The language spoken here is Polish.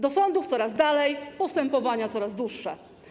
Do sądów coraz dalej, postępowania coraz dłuższe.